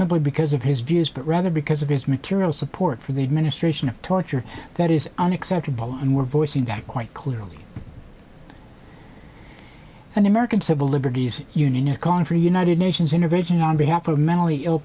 simply because of his views but rather because of his material support for the administration of torture that is unacceptable and we're voicing that quite clearly an american civil liberties union is calling for a united nations intervention on behalf of a mentally ill